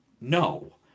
no